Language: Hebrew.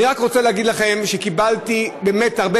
אני רק רוצה להגיד לכם שקיבלתי באמת הרבה